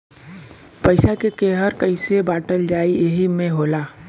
पइसा के केहर कइसे बाँटल जाइ एही मे होला